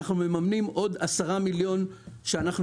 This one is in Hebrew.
ואנחנו מממנים עוד 10 מיליון שאנחנו